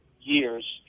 years